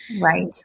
Right